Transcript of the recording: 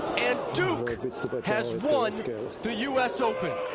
and duke has won the us open.